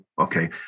Okay